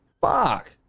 fuck